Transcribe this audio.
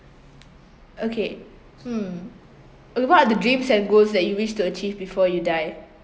okay hmm what are the dreams and goals that you wish to achieve before you die